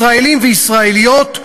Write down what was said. ישראלים וישראליות,